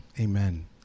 Amen